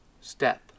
Step